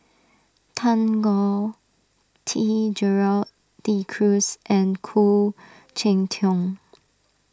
Tan Choh Tee Gerald De Cruz and Khoo Cheng Tiong